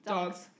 Dogs